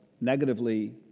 negatively